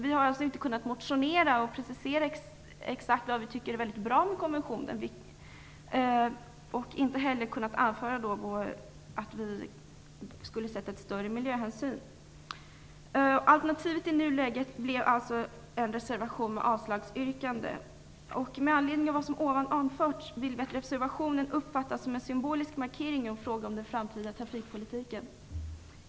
Vi har alltså inte kunnat motionera och precisera exakt vad vi tycker är mycket bra med konventionen och inte heller kunnat anföra att vi skulle velat se större miljöhänsyn. Alternativet i nuläget blev alltså en reservation med avslagsyrkande. Med anledning av vad som anförts vill vi att reservationen uppfattas som en symbolisk markering i fråga om den framtida trafikpolitiken.